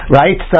right